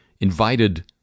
invited